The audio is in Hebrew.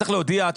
צריך להודיע,